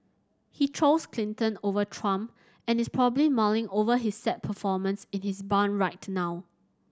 he chose Clinton over Trump and is probably mulling over his sad performance in his barn right now